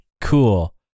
cool